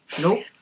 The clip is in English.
nope